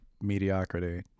mediocrity